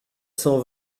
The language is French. cent